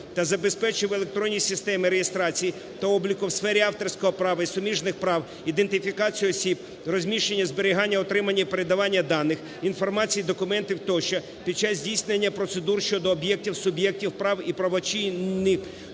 та забезпечує в електронній системі реєстрації та обліку в сфері авторського права і суміжних прав ідентифікацію осіб, розміщення, зберігання, отримання і передавання даних, інформації, документів тощо під час здійснення процедур щодо об'єктів, суб'єктів, прав і правочинних